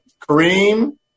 Kareem